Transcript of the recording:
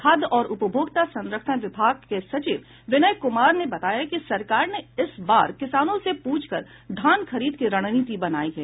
खाद्य और उपभोक्ता संरक्षण विभाग के सचिव विनय कुमार ने बताया कि सरकार ने इस बार किसानों से पूछ कर धान खरीद की रणनीति बनायी है